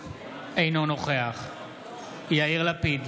אינו נוכח יאיר לפיד,